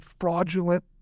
fraudulent